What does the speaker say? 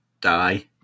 die